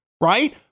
Right